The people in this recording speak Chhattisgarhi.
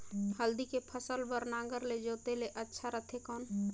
हल्दी के फसल बार नागर ले जोते ले अच्छा रथे कौन?